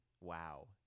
Wow